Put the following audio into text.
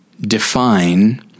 define